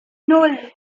nan